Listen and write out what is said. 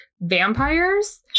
vampires